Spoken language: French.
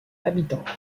habitants